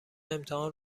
امتحان